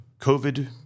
COVID